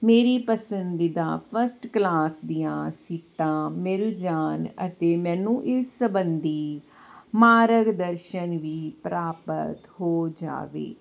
ਮੇਰੀ ਪਸੰਦੀਦਾ first class ਦੀਆਂ ਸੀਟਾਂ ਮਿਲ ਜਾਣ ਅਤੇ ਮੈਨੂੰ ਇਹ ਸਬੰਧੀ ਮਾਰਗਦਰਸ਼ਨ ਵੀ ਪ੍ਰਾਪਤ ਹੋ ਜਾਵੇ